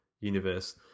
universe